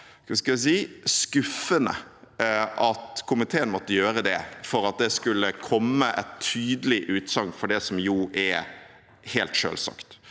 skuffende at komiteen måtte gjøre det for at det skulle komme et tydelig utsagn for det som jo er helt selvsagt.